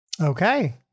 Okay